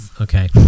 Okay